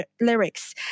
lyrics